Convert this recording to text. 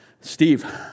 Steve